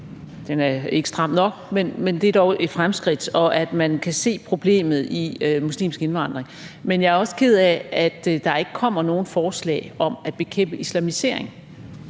den er ikke stram nok, men det er dog et fremskridt – og at man kan se problemet i muslimsk indvandring. Men jeg er også ked af, at der ikke kommer nogen forslag om at bekæmpe islamisering.